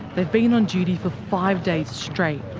they've been on duty for five days straight.